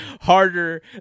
harder